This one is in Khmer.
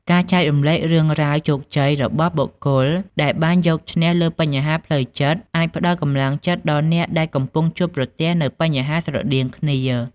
ការចែករំលែករឿងរ៉ាវជោគជ័យរបស់បុគ្គលដែលបានយកឈ្នះលើបញ្ហាផ្លូវចិត្តអាចផ្ដល់កម្លាំងចិត្តដល់អ្នកដែលកំពុងជួបប្រទះនូវបញ្ហាស្រដៀងគ្នា។